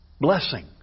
blessing